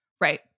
Right